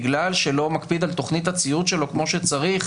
בגלל שלא מקפיד על תוכנית הציות שלו כמו שצריך